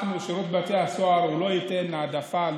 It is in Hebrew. שירות בתי הסוהר לא ייתן העדפה,